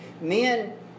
Men